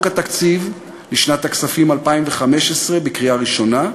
התקציב לשנת הכספים 2015 בקריאה ראשונה,